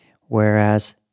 Whereas